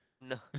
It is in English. No